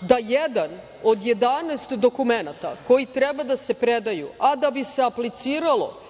da jedan od 11 dokumenata koji treba da se predaju, a da bi se apliciralo